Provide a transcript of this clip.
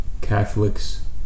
Catholics